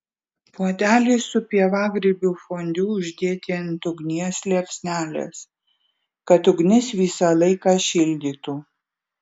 puodelį su pievagrybių fondiu uždėti ant ugnies liepsnelės kad ugnis visą laiką šildytų